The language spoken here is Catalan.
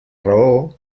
raó